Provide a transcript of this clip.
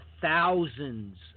thousands